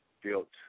built